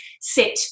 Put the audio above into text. sit